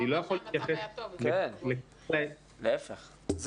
להיפך,